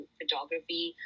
photography